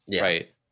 right